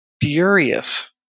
furious